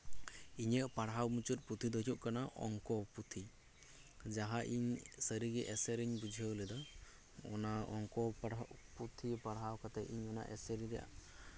ᱤᱧᱟᱹᱜ ᱯᱟᱲᱦᱟᱣ ᱢᱩᱪᱟᱹᱫ ᱯᱩᱛᱷᱤ ᱫᱚ ᱦᱩᱭᱩᱜ ᱠᱟᱱᱟ ᱚᱝᱠᱚ ᱯᱩᱛᱷᱤ ᱡᱟᱦᱟᱸ ᱤᱧ ᱥᱟᱹᱨᱤᱜᱮ ᱮᱥᱮᱨ ᱤᱧ ᱵᱩᱡᱷᱟᱹᱣ ᱞᱮᱫᱟ ᱚᱱᱟ ᱚᱝᱠᱚ ᱯᱟᱲᱦᱟᱣ ᱯᱩᱛᱷᱤ ᱯᱟᱲᱦᱟᱣ ᱠᱟᱛᱮ ᱤᱧ ᱚᱱᱟ ᱮᱥᱮᱨ ᱨᱮᱭᱟᱜ